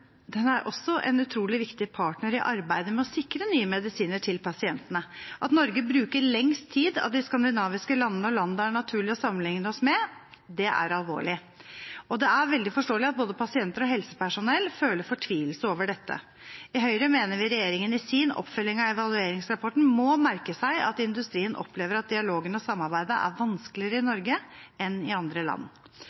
den er også en utrolig viktig partner i arbeidet med å sikre nye medisiner til pasientene. At Norge bruker lengst tid av de skandinaviske landene og land det er naturlig å sammenligne seg med, er alvorlig, og det er veldig forståelig at både pasienter og helsepersonell føler fortvilelse over dette. I Høyre mener vi regjeringen i sin oppfølging av evalueringsrapporten må merke seg at industrien opplever at dialogen og samarbeidet er vanskeligere i